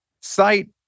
sight